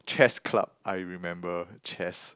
chest club I remember chest